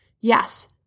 Yes